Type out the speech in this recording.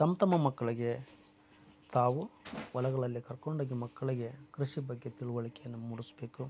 ತಮ್ಮ ತಮ್ಮ ಮಕ್ಕಳಿಗೆ ತಾವು ಹೊಲಗಳಲ್ಲಿ ಕರ್ಕೊಂಡು ಹೋಗಿ ಮಕ್ಕಳಿಗೆ ಕೃಷಿ ಬಗ್ಗೆ ತಿಳುವಳಿಕೆಯನ್ನು ಮೂಡಿಸಬೇಕು